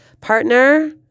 partner